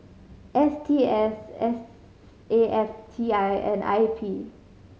S T S S A F T I and I P